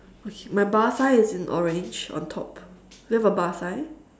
okay my bar sign is in orange on top do you have a bar sign